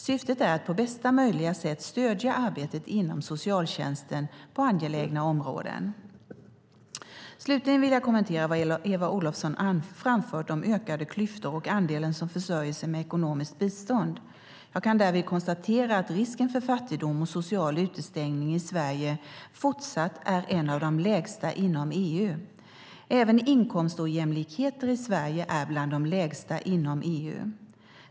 Syftet är att på bästa möjliga sätt stödja arbetet inom socialtjänsten på angelägna områden. Slutligen vill jag kommentera vad Eva Olofsson framfört om ökade klyftor och andelen som försörjer sig med ekonomiskt bistånd. Jag kan därvid konstatera att risken för fattigdom och social utestängning i Sverige fortfarande är en av de lägsta inom EU. Även inkomstojämlikheter i Sverige är bland de lägsta inom EU.